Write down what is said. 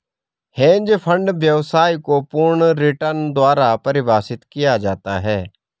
hedge fund व्यवसाय को पूर्ण रिटर्न द्वारा परिभाषित किया जाता है